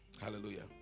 Hallelujah